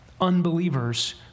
unbelievers